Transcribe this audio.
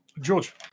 George